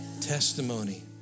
Testimony